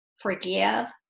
forgive